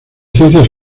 ciencias